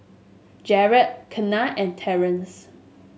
Jerald Kenna and Terrance